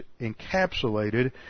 encapsulated